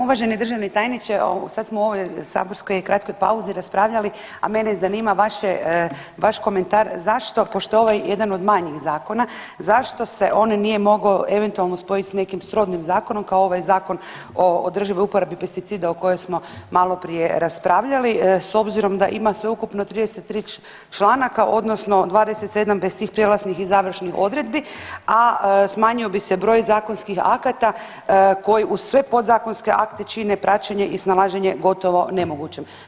Uvaženi državni tajniče, sad smo u ovoj saborskoj kratkoj pauzi raspravljali, a mene zanima vaše, vaš komentar zašto, pošto je ovaj jedan od manjih zakona zašto se on nije mogao eventualno spojit s nekim srodnim zakonom kao ovaj Zakon o održivoj uporabi pesticida o kojoj smo maloprije raspravljali s obzirom da ima sveukupno 33 članaka odnosno 27 bez tih prijelaznih i završnih odredbi, a smanjio bi se broj zakonskih akata koji uz sve podzakonske akte čine praćenje i snalaženje gotovo nemogućim.